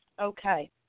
Okay